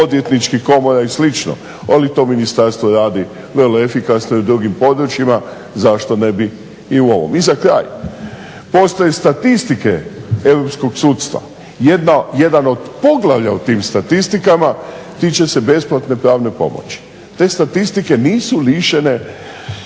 odvjetničkih komora i slično. Ali to Ministarstvo radi vrlo efikasno u drugim područjima, zašto ne bi i u ovom. I za kraj, postoje statistike europskog sudstva. Jedan od poglavlja u tim statistikama tiče se besplatne pravne pomoći. Te statistike nisu lišene